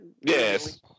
Yes